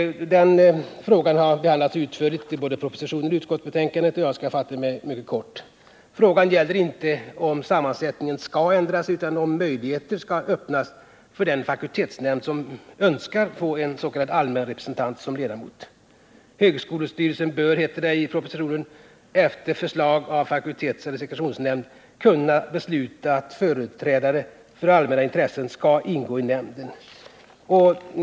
Den frågan har behandlats utförligt i både propositionen och utskottsbetänkandet. Jag skall därför fatta mig mycket kort. Frågan gäller inte om sammansättningen skall ändras, utan om möjligheter skall öppnas för den fakultetshämnd som önskar en s.k. allmänrepresentant som ledamot. Högskolestyrelsen bör, heter det i propositionen, efter förslag av fakultetseller sektionsnämnd, kunna besluta att företrädare för allmänna intressen skall ingå i nämnden.